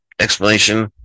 explanation